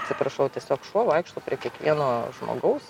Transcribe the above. atsiprašau tiesiog šuo vaikšto prie kiekvieno žmogaus